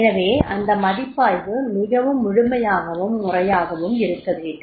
எனவே அந்த மதிப்பாய்வு மிகவும் முழுமையாகவும் முறையாகவும் இருக்க வேண்டும்